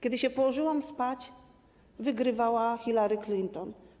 Kiedy się położyłam spać, wygrywała Hillary Clinton.